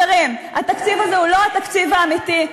התקציב הזה הוא לא תקציב האמיתי,